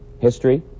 history